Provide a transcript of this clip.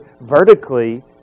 vertically